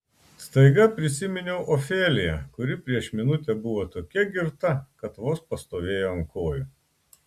staiga prisiminiau ofeliją kuri prieš minutę buvo tokia girta kad vos pastovėjo ant kojų